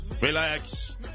Relax